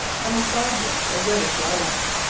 and the side wings a reddish lilac.